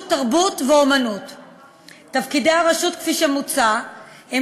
ובתפקידי הרשות המוצעת מעלה שמטרות הרשות ותפקידיה